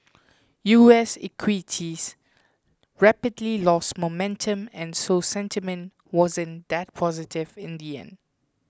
U S equities rapidly lost momentum and so sentiment wasn't that positive in the end